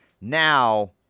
Now